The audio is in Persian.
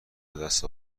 بدست